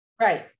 right